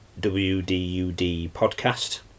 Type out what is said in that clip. WDUDpodcast